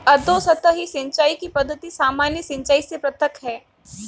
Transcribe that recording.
अधोसतही सिंचाई की पद्धति सामान्य सिंचाई से पृथक है